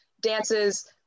dances